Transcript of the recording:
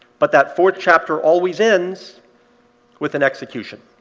but that fourth chapter always ends with an execution.